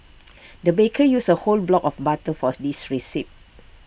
the baker used A whole block of butter for this recipe